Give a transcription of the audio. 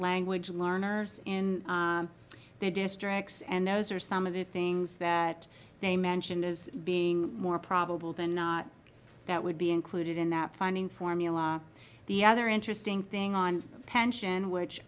language learners in their districts and those are some of the things that they mentioned as being more probable than not that would be included in that funding formula the other interesting thing on pension